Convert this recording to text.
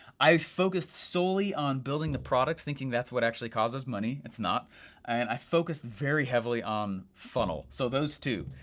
i focused solely on building the product thinking that's what actually causes money. it's not and i focused very heavily on funnel. so those two,